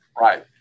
Right